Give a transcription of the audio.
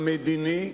המדיני,